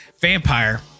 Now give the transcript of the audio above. vampire